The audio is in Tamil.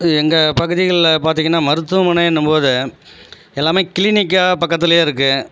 எங்கள் பகுதிகளில் பார்த்தீங்கன்னா மருத்துவமனையின்னும் போது எல்லாமே கிளினிக்கா பக்கத்துலேயே இருக்குது